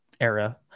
era